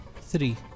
Three